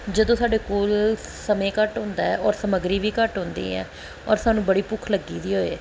ਜਦੋਂ ਸਾਡੇ ਕੋਲ ਸਮੇਂ ਘੱਟ ਹੁੰਦਾ ਹੈ ਔਰ ਸਮੱਗਰੀ ਵੀ ਘੱਟ ਹੁੰਦੀ ਹੈ ਔਰ ਸਾਨੂੰ ਬੜੀ ਭੁੱਖ ਲੱਗੀ ਦੀ ਹੋਵੇ